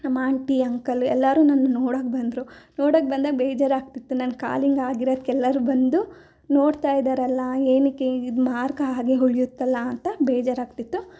ನಮ್ಮ aunty uncle ಎಲ್ಲರೂ ನನ್ನನ್ನ ನೋಡೋಕೆ ಬಂದರು ನೋಡೋಕೆ ಬಂದಾಗ ಬೇಜಾರಾಗ್ತಿತ್ತು ನನ್ನ ಕಾಲು ಹಿಂಗಾಗಿರೋದ್ಕೆ ಎಲ್ಲರೂ ಬಂದು ನೋಡ್ತಾಯಿದ್ದಾರಲ್ಲ ಏನಕ್ಕೆ ಇದು ಮಾರ್ಕ್ ಹಾಗೆ ಉಳ್ಯುತ್ತಲ್ಲ ಅಂತ ಬೇಜರಾಗ್ತಿತ್ತು